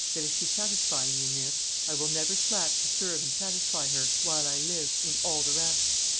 that if she satisfy me in this, i will never slack to serve and satisfy her, while i live, in all the rest